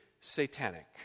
satanic